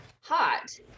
hot